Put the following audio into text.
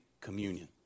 communion